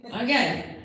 Okay